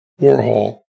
Warhol